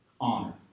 honor